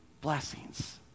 blessings